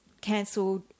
cancelled